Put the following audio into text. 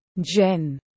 Jen